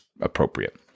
appropriate